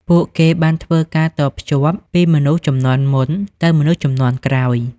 ពួកគេបានធ្វើការតភ្ជាប់ពីមនុស្សជំនាន់មុនទៅមនុស្សជំនាន់ក្រោយ។